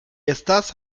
estás